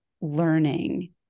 learning